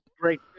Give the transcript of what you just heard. great